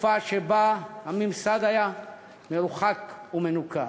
בתקופה שבה הממסד היה מרוחק ומנוכר.